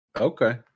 Okay